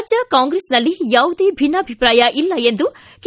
ರಾಜ್ಯ ಕಾಂಗ್ರೆಸ್ನಲ್ಲಿ ಯಾವುದೇ ಭಿನ್ನಾಭಿಪ್ರಾಯ ಇಲ್ಲ ಎಂದು ಕೆ